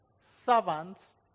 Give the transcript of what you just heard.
servants